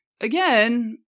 again